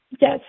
Yes